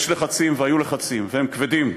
יש לחצים, והיו לחצים, והם כבדים.